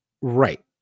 right